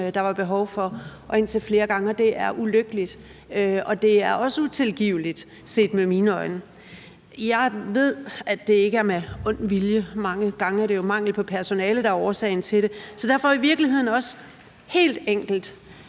der var behov for, indtil flere gange, og det er ulykkeligt, og det er også utilgiveligt set med mine øjne. Jeg ved, at det ikke er med ond vilje; mange gange er det jo mangel på personale, der er årsagen til det. Så derfor vil jeg også helt enkelt